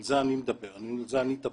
על זה אני מדבר, בזה אני מטפל.